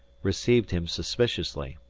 received him suspiciously.